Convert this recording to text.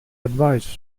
advise